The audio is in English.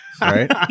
right